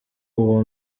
uwo